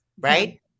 right